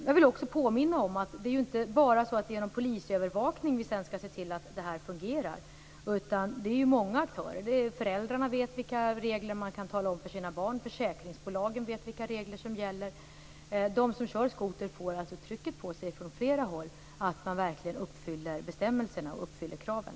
Jag vill också påminna om att det inte bara är genom polisövervakning vi sedan skall se till att det här fungerar, utan det är med hjälp av många aktörer. Föräldrarna vet vilka regler som gäller och kan tala om det för sina barn. Försäkringsbolagen vet vilka regler som gäller. De som kör skoter får alltså trycket på sig från flera håll att verkligen uppfylla kraven.